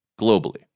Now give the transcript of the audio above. globally